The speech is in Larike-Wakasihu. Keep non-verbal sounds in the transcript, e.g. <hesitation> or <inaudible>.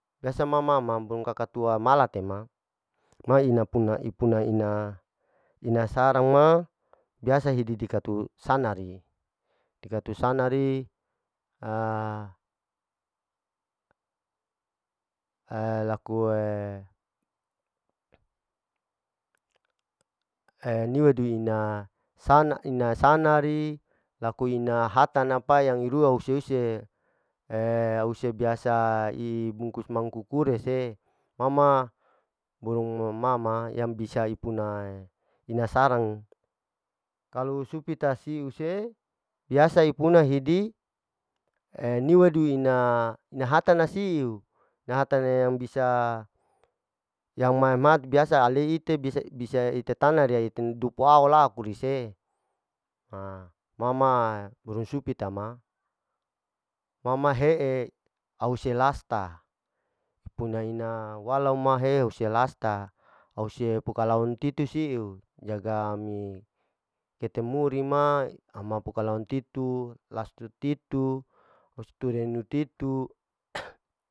Biasa ma ma burung kaka tua ma maletema, ma ina ipuna-ipuna ina-ina sarang ma biasa hidi dikkatu sanari, dikatu sanari <hesitation> laku <hesitation> niwedu ina sana-ina sanari laku ina hatana pairua hise-hise au se biasa i bungkus mangku kurie se, ma ma burung ma ma, yang bisa ipuna ina sarang, kalu supita siu se biasa hipuna hidi e niwedu ina, ina hatana siu ina hata yang bisa, yang <unintelligible> biasa ale ite <hesitation> tana duku aula kudise ha, ma ma burung supitama, ma ma he e au selasta, puna ina walau ma heu selasta, au se pukalau titi siu jaga ami ketemu rima, ama puka lauun titu, lasturenu titu, kasturi nititu. <noise>